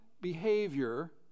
behavior